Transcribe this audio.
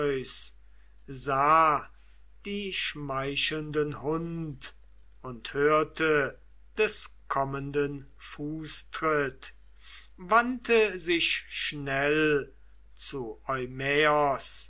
die schmeichelnden hund und hörte des kommenden fußtritt wandte sich schnell zu